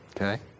okay